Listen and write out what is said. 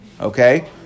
okay